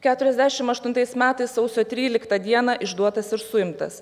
keturiasdešim aštuntais metais sausio tryliktą dieną išduotas ir suimtas